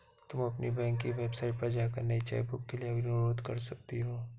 तुम अपनी बैंक की वेबसाइट पर जाकर नई चेकबुक के लिए अनुरोध कर सकती हो